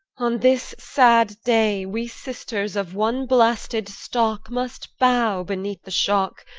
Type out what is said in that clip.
on this sad day we sisters of one blasted stock must bow beneath the shock,